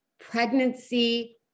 pregnancy